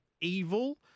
evil